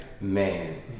Man